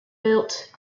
built